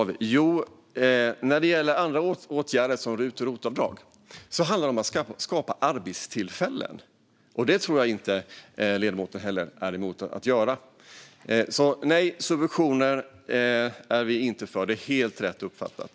När det gäller andra åtgärder, som rut och rotavdrag, handlar det om att skapa arbetstillfällen. Det tror jag inte heller ledamoten är emot att man gör. Nej, subventioner är vi inte för - det är helt rätt uppfattat.